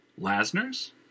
Lasner's